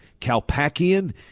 Kalpakian